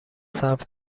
صبر